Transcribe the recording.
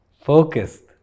Focused